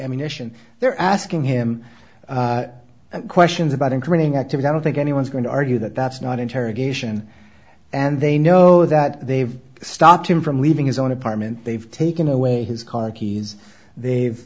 ammunition they're asking him questions about increasing activity i don't think anyone's going to argue that that's not interrogation and they know that they've stopped him from leaving his own apartment they've taken away his car keys they've